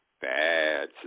bad